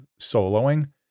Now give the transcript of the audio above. soloing